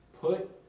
Put